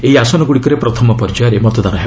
ଏହି ଆସନଗୁଡ଼ିକରେ ପ୍ରଥମ ପର୍ଯ୍ୟାୟରେ ମତଦାନ ହେବ